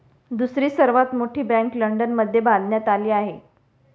दुसरी सर्वात मोठी बँक लंडनमध्ये बांधण्यात आली आहे